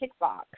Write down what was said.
kickbox